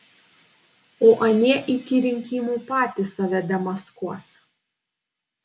o anie iki rinkimų patys save demaskuos